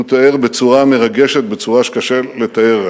כשהוא תיאר בצורה מרגשת, בצורה שקשה לתאר,